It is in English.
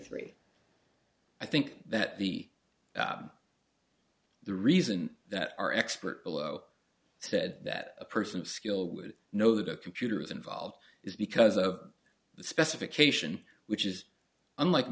three i think that the the reason that our expert below said that a person skilled would know that a computer is involved is because of the specification which is unlike